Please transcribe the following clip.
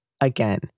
Again